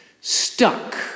stuck